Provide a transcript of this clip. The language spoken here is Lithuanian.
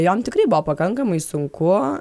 jom tikrai buvo pakankamai sunku